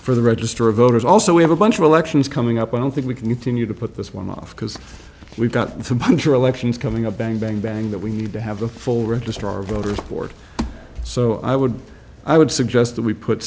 for the register of voters also we have a bunch of elections coming up i don't think we can continue to put this one off because we've got some puncture elections coming up bang bang bang that we need to have a full registrar of voters board so i would i would suggest that we put